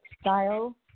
Style